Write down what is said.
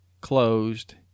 closed